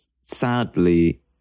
sadly